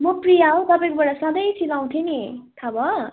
म प्रिया हौ तपाईँकोबाट सधैँ सिलाउँथेँ नि थाहा भयो